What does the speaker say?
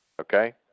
Okay